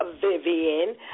Vivian